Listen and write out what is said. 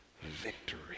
victory